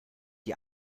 die